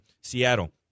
Seattle